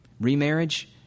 Remarriage